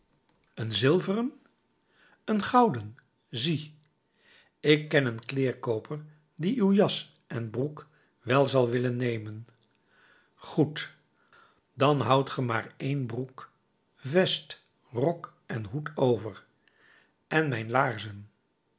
een zilveren een gouden zie ik ken een kleêrkooper die uw jas en broek wel zal willen nemen goed dan houdt ge maar een broek vest rok en hoed over en mijn laarzen